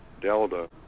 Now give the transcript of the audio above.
delta